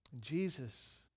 Jesus